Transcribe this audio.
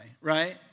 right